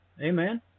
Amen